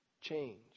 change